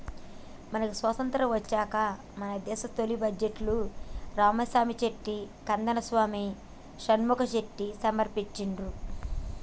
మనకి స్వతంత్రం వచ్చాక మన దేశ తొలి బడ్జెట్ను రామసామి చెట్టి కందసామి షణ్ముఖం చెట్టి సమర్పించిండ్రు